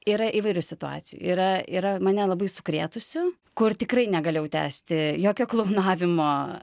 yra įvairių situacijų yra yra mane labai sukrėtusių kur tikrai negalėjau tęsti jokio klaunavimo